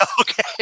Okay